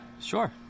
sure